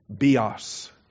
Bios